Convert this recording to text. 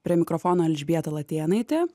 prie mikrofono elžbieta latėnaitė